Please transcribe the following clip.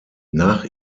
nach